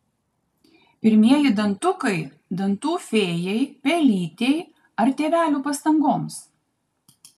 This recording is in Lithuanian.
pirmieji dantukai dantų fėjai pelytei ar tėvelių pastangoms